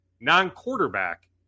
non-quarterback